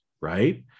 right